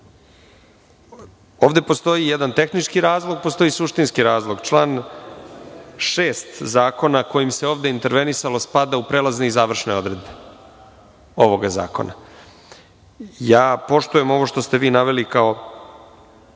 postoji jedan tehnički razlog i suštinski razlog, član 6. zakona kojim se ovde intervenisalo spada u prelazne i završne odredbe ovog zakona. Poštujem ovo što ste naveli u